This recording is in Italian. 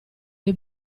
dei